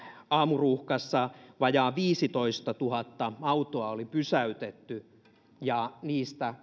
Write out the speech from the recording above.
aamuruuhkassa vajaa viisitoistatuhatta autoa oli pysäytetty ja niistä